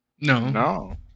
No